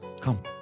Come